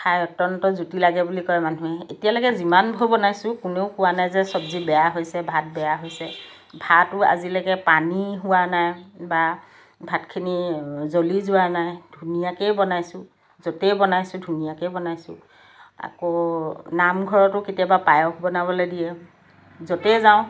খাই অত্যন্ত জুটি লাগে বুলি কয় মানুহে এতিয়ালৈকে যিমানবোৰ বনাইছোঁ কোনো কোৱা নাই যে চব্জি বেয়া হৈছে বা ভাত বেয়া হৈছে ভাতো আজিলৈকে পানী হোৱা নাই বা ভাতখিনি জ্বলি যোৱা নাই ধুনীয়াকেই বনাইছোঁ য'তেই বনাইছোঁ ধুনীয়াকেই বনাইছোঁ আকৌ নামঘৰটো কেতিয়াবা পায়স বনাবলৈ দিয়ে য'তেই যাওঁ